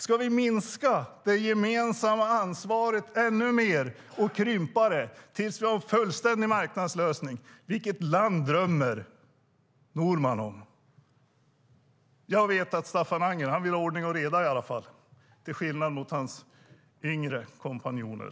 Ska vi minska det gemensamma ansvaret ännu mer och krympa det tills vi har en fullständig marknadslösning? Vilket land drömmer Norman om? Jag vet att Staffan Anger i alla fall vill ha ordning och reda, till skillnad från hans yngre kompanjoner.